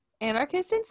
Anarchists